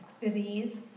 disease